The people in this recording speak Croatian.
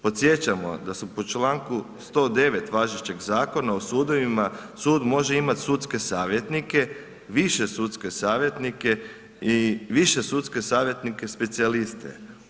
Podsjećamo da su po članku 109. važećeg Zakona o sudovima, sud može imati sudske savjetnike, više sudske savjetnike i više sudske savjetnike-specijaliste.